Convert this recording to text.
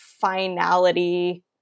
finality